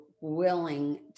willing